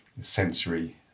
sensory